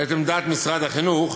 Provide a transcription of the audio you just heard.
את עמדת משרד החינוך,